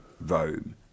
Rome